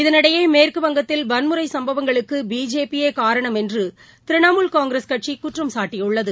இதனிடையே மேற்குவங்கத்தில் வன்முறை சம்பவங்களுக்கு பிஜேபியே காரணம் என்று திரிணாமுல் காங்கிரஸ் கட்சி குற்றம் சாட்டியுள்ளது